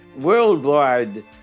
worldwide